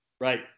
Right